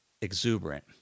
exuberant